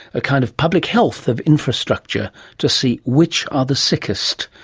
a kind of public health of infrastructure to see which are the sickest.